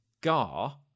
Gar